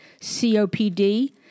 COPD